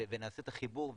ונעשה את החיבור,